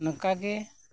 ᱱᱚᱝᱠᱟ ᱜᱮ